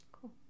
cool